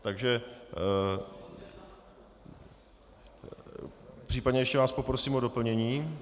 Takže případně ještě vás poprosím o doplnění.